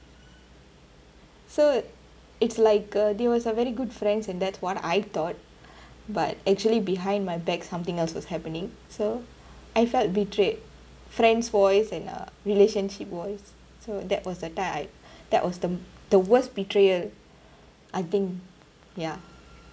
so it's like a they was a very good friends and that's what I thought but actually behind my back something else was happening so I felt betrayed friends wise and uh relationship wise so that was the time I that was the the worst betrayal I think ya